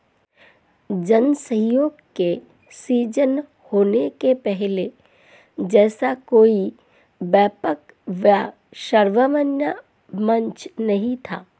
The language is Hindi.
जन सहयोग के सृजन होने के पहले ऐसा कोई व्यापक व सर्वमान्य मंच नहीं था